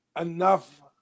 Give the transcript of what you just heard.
enough